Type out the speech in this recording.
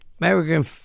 American